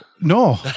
No